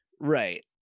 Right